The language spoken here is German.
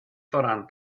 voran